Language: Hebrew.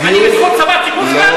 אני בזכות צבא כיבוש כאן?